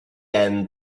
end